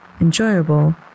Enjoyable